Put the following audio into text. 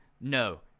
No